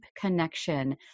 connection